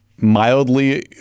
mildly